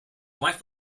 wife